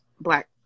black